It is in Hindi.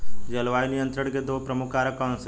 जलवायु नियंत्रण के दो प्रमुख कारक कौन से हैं?